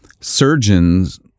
surgeons